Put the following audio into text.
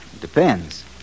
Depends